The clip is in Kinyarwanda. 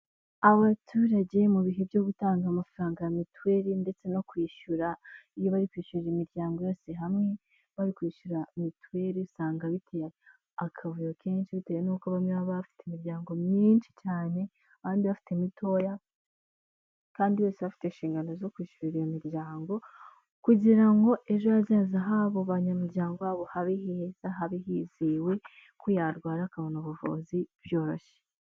Aba baturage mu bihe byo gutanga amafaranga ya mituweli ndetse no kwishyura. Iyo bari kwishyurira imiryango yose hamwe, barikwishyura mituweli usanga biteye akavuyo kenshi bitewe nuko bamwe baba bafite imiryango myinshi cyane, abandi bafite mitoya, kandi bose bafite inshingano zo kwishyurira iyo miryango kugira ngo ejo hazaza h'abo banyamuryango babo habe heza, habe hizewe ko yarwara akabona ubuvuzi byoroshye.